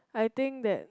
I think that